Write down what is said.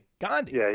Gandhi